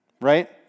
right